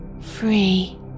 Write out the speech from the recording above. free